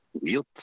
weird